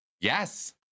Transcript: Yes